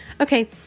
okay